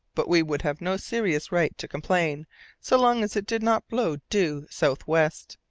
but we would have no serious right to complain so long as it did not blow due south-west.